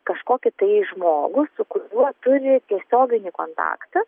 kažkokį tai žmogų su kuriuo turi tiesioginį kontaktą